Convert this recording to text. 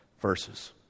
verses